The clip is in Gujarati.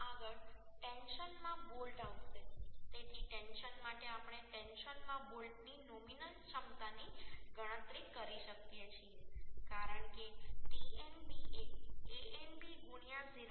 આગળ ટેન્શનમાં બોલ્ટ આવશે તેથી ટેન્શન માટે આપણે ટેન્શનમાં બોલ્ટની નોમિનલ ક્ષમતાની ગણતરી કરી શકીએ છીએ કારણ કે Tnb એ Anb 0